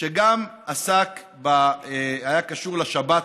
שגם היה קשור לשבת